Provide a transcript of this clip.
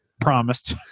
promised